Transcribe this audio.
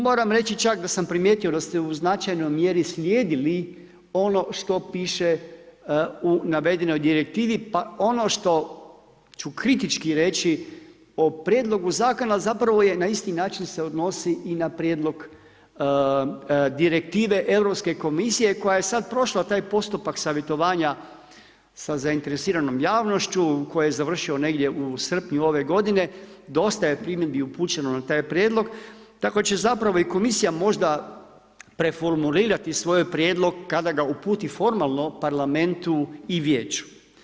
Moram reći čak da sam primijetio da ste u značajnoj mjeri slijedili ono što piše u navedenoj direktivi pa ono što ću kritički reći o prijedlogu zakona zapravo se na isti način odnosi i na prijedlog direktive europske komisije koja je sad prošla taj postupak savjetovanja sa zainteresiranom javnošću koji je završio negdje u srpnju ove godine, dosta je primjedbi upućeno na taj prijedlog, tako će zapravo i komisija možda preformulirati svoj prijedlog kada ga uputi formalno parlamentu i vijeću.